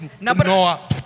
Noah